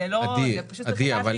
היושב-ראש, אם